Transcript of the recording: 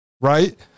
right